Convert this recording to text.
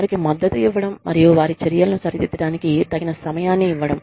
వారికి మద్దతు ఇవ్వడం మరియు వారి చర్యలను సరిదిద్దడానికి తగిన సమయాన్ని ఇవ్వడం